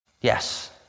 Yes